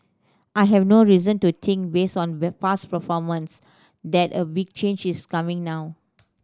I have no reason to think based on past performance that a big change is coming now